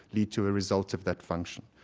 lead to a result of that function.